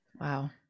Wow